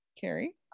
Carrie